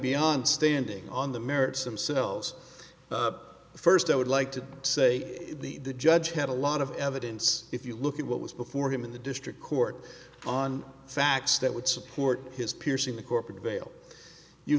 beyond standing on the merits them selves first i would like to say the judge had a lot of evidence if you look at what was before him in the district court on facts that would support his piercing the corporate veil you